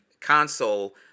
console